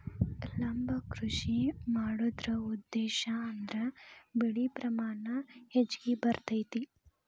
ಲಂಬ ಕೃಷಿ ಮಾಡುದ್ರ ಉದ್ದೇಶಾ ಅಂದ್ರ ಬೆಳೆ ಪ್ರಮಾಣ ಹೆಚ್ಗಿ ಬರ್ತೈತಿ